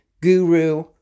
guru